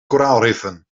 koraalriffen